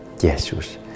Jesus